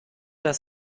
das